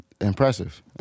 impressive